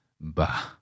Bah